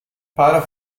part